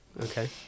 Okay